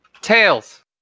Tails